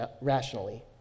rationally